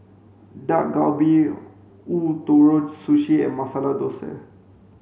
Dak Galbi Ootoro Sushi and Masala Dosa